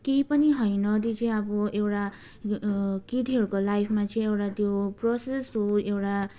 केही पनि होइन त्यो चाहिँ अब एउटा केटीहरूको लाइफमा चाहिँ एउटा त्यो प्रोसेस हो एउटा